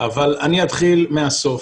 אבל אני אתחיל מהסוף,